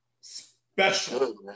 special